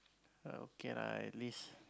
okay lah at least